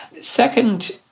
Second